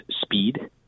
speed